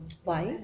why